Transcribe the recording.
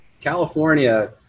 California